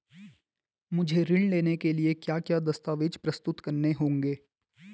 मुझे ऋण लेने के लिए क्या क्या दस्तावेज़ प्रस्तुत करने होंगे?